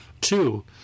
two